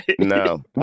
No